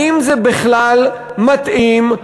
האם זה בכלל מתאים,